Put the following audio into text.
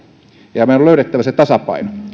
ja meidän on löydettävä se tasapaino